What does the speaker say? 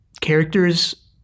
characters